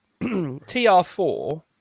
TR4